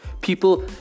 People